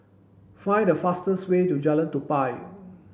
find the fastest way to Jalan Tupai